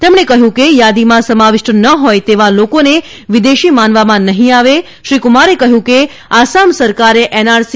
તેમણે કહ્યું થાદીમાં સમાવિષ્ટ ન હોય તેવા લોકોને વિદેશી માનવામાં નહીં આવેશ્રી કુમારે કહ્યું આસામ સરકારે એનઆરસી